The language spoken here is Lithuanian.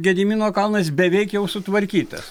gedimino kalnas beveik jau sutvarkytas